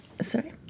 Sorry